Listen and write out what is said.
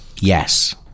Yes